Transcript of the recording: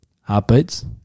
Heartbeats